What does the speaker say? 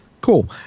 Cool